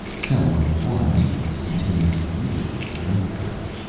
cell number one usually contains the leader of the underground.